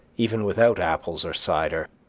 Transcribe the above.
even without apples or cider